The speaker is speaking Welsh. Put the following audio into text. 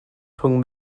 rhwng